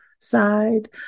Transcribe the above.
side